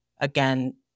again